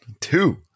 two